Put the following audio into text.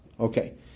Okay